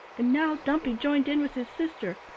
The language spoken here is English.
and now dumpy joined in with his sister.